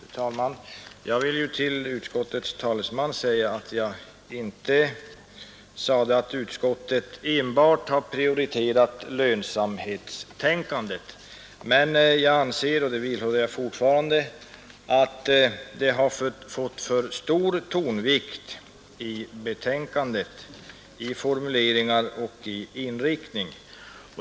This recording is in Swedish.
Fru talman! Jag vill påpeka för utskottets talesman att jag inte sade att utskottet enbart har prioriterat lönsamhetstänkandet. Men jag ansåg, och det vidhåller jag fortfarande, att det har fått för stark tonvikt i betänkandet, både i formuleringar och i allmän inriktning.